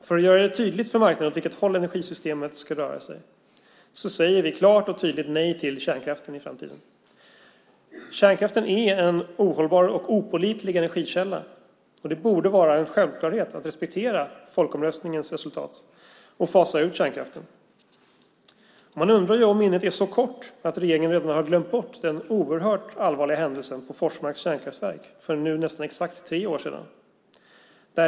För att göra det tydligt för marknaden åt vilket håll energisystemet ska röra sig säger vi klart och tydligt nej till kärnkraften i framtiden. Kärnkraften är en ohållbar och opålitlig energikälla. Det borde vara en självklarhet att respektera folkomröstningens resultat och fasa ut kärnkraften. Man undrar om minnet är så kort att regeringen redan har glömt bort den oerhört allvarliga händelsen på Forsmarks kärnkraftverk för nästan exakt tre år sedan.